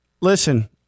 listen